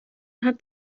hat